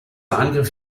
angriff